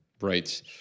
Right